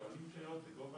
שואלים שאלות בגובה